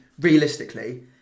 realistically